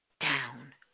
down